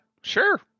sure